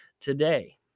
today